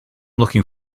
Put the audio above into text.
looking